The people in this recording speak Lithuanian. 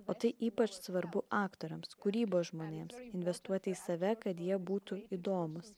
o tai ypač svarbu aktoriams kūrybos žmonėms investuoti į save kad jie būtų įdomūs